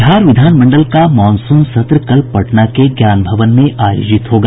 बिहार विधानमंडल का मॉनसून सत्र कल पटना के ज्ञान भवन में आयोजित होगा